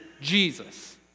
Jesus